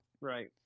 right